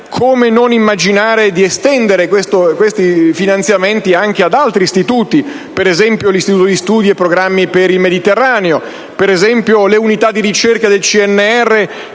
come non immaginare di estendere questi finanziamenti anche ad altri istituti, ad esempio all'Istituto di studi e programmi per il Mediterraneo, ad esempio alle unità di ricerca del CNR